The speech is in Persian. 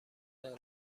داره